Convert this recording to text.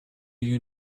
you